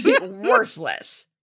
worthless